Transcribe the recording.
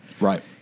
Right